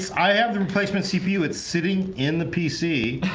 i have the replacement cpu it's sitting in the pc.